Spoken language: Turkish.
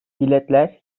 biletler